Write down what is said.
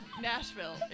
Nashville